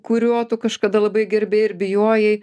kurio tu kažkada labai gerbei ir bijojai